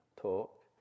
talk